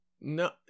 no